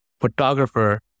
photographer